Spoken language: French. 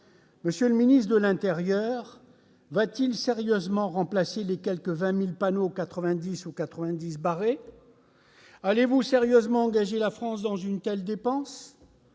d'État, ministre de l'intérieur, va-t-il sérieusement remplacer les quelque 20 000 panneaux 90 ou 90 barré ? Allez-vous sérieusement engager la France dans une telle dépense ?